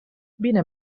vine